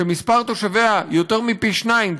שמספר תושביה יותר מפי-שניים,